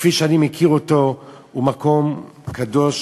כפי שאני מכיר אותו, הוא מקום קדוש.